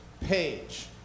page